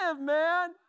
man